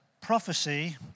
prophecy